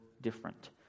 different